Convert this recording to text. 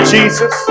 Jesus